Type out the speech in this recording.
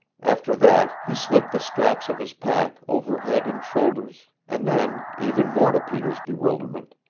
after that he slipped the straps of his pack over head and shoulders and then, even more to peter's bewilderment,